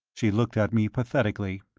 she looked at me pathetically.